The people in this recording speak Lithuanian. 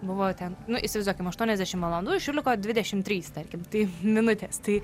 buvo ten nu įsivaizduokim aštuoniasdešim valandų iš jų liko dvidešim trys tarkim tai minutės tai